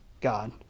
God